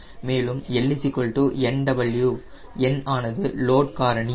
மேலும் L nW n ஆனது load காரணி